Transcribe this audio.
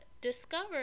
discover